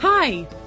Hi